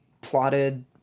plotted